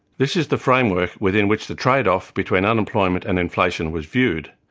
this is the framework within which the trade-off between unemployment and inflation was viewed,